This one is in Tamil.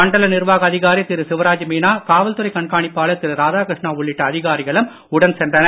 மண்டல நிர்வாக அதிகாரி திரு சிவராஜ் மீனா காவல்துறை கண்காணிப்பாளர் திரு ராதாகிருஷ்ணா உள்ளிட்ட அதிகாரிகளும் உடன் சென்றனர்